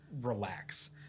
relax